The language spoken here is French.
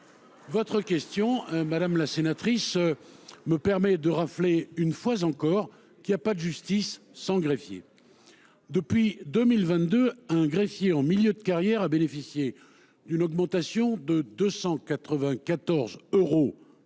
Votre question me permet de rappeler, une fois encore, qu’il n’y a pas de justice sans greffiers. Depuis 2022, un greffier en milieu de carrière a bénéficié d’une augmentation de 294 euros brut